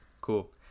Cool